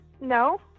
no